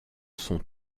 sont